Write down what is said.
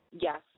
Yes